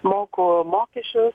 moku mokesčius